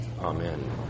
Amen